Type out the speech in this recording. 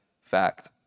fact